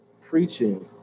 preaching